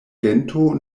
gento